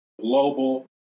global